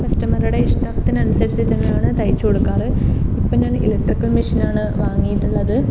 കസ്റ്റമറുടെ ഇഷ്ടത്തിന് അനുസരിച്ചിട്ടാണ് തയ്ച്ചു കൊടുക്കാറ് ഇപ്പം ഞാൻ ഇലക്ട്രിക് മഷീനാണ് വാങ്ങിയിട്ടുള്ളത്